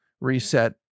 reset